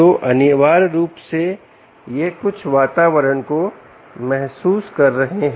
तो अनिवार्य रूप से यह कुछ वातावरण को महसूस कर रहे हैं